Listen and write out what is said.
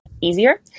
easier